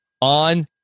on